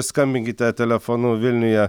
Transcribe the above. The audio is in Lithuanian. skambinkite telefonu vilniuje